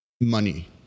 money